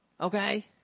okay